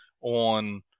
on